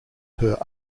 per